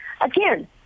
Again